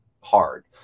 hard